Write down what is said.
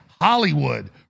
Hollywood